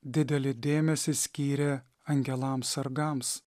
didelį dėmesį skyrė angelams sargams